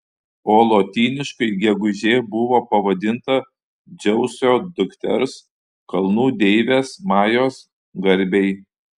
o lotyniškai gegužė buvo pavadinta dzeuso dukters kalnų deivės majos garbei